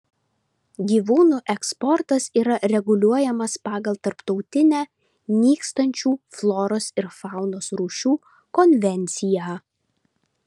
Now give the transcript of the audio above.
gyvūnų eksportas yra reguliuojamas pagal tarptautinę nykstančių floros ir faunos rūšių konvenciją